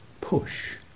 push